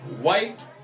white